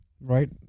Right